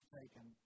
taken